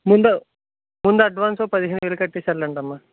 ముందు ముందు అడ్వాన్స్ ఒక పదిహేను వేలు కట్టేసి వెళ్ళండి అమ్మ